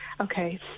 Okay